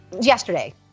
yesterday